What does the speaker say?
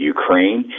Ukraine